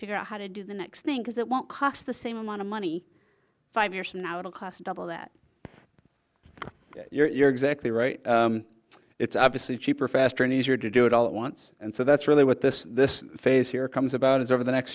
figure out how to do the next thing because it won't cost the same amount of money five years from now it'll cost double that you're exactly right it's obviously cheaper faster and easier to do it all at once and so that's really what this this phase here comes about is over the next